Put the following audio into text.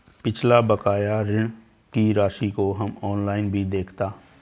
पिछला बकाया ऋण की राशि को हम ऑनलाइन भी देखता